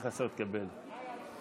אדוני.